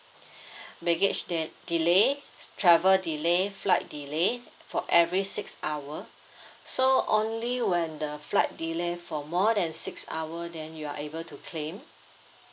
baggage del~ delay travel delay flight delay for every six hour so only when the flight delay for more than six hour then you are able to claim